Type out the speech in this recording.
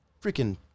Freaking